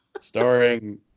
starring